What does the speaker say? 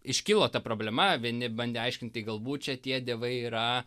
iškilo ta problema vieni bandė aiškinti galbūt čia tie dievai yra